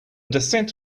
descent